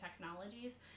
technologies